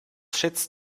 schätzt